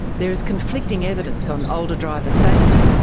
there is conflicting evidence on older driver safety.